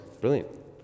brilliant